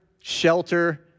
shelter